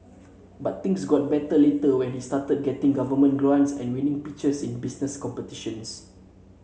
but things got better later when he started getting government grants and winning pitches in business competitions